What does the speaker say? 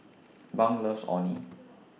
Bunk loves Orh Nee